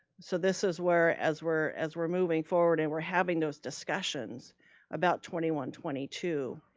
so this is where as we're as we're moving forward, and we're having those discussions about twenty one twenty two.